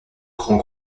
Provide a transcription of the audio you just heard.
grand